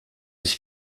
his